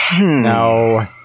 No